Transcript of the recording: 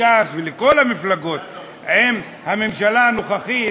לש"ס ולכל המפלגות עם הממשלה הנוכחית,